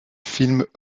films